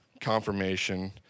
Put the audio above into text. confirmation